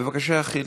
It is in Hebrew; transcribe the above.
בבקשה, חיליק.